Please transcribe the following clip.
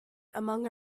among